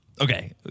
okay